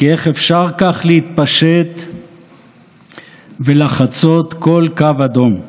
/ כי איך אפשר כך להתפשט ולחצות כל קו אדום?